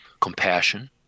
Compassion